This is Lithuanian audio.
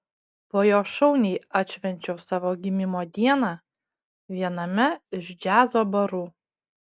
po jo šauniai atšvenčiau savo gimimo dieną viename iš džiazo barų